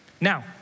Now